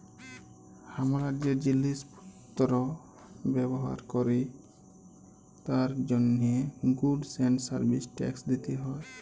হামরা যে জিলিস পত্র ব্যবহার ক্যরি তার জন্হে গুডস এন্ড সার্ভিস ট্যাক্স দিতে হ্যয়